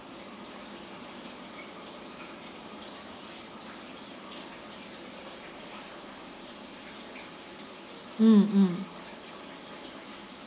mm